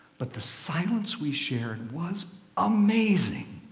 but the silence we shared was amazing.